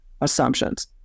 assumptions